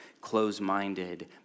close-minded